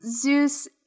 Zeus